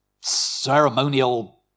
ceremonial